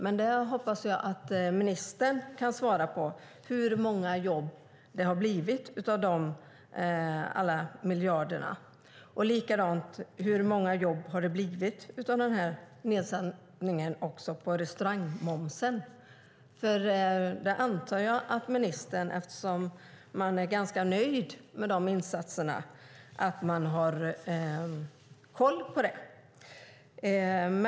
Jag hoppas att ministern kan svara på hur många jobb det har blivit av de alla miljarderna. Likadant vill jag ha svar på hur många jobb det har blivit av nedsättningen av restaurangmomsen. Eftersom man är ganska nöjd med de insatserna antar jag att man har koll på det.